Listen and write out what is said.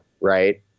Right